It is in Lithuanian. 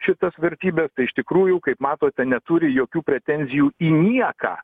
šitas vertybes tai iš tikrųjų kaip matote neturi jokių pretenzijų į nieką